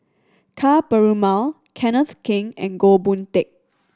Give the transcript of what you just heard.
Ka Perumal Kenneth Keng and Goh Boon Teck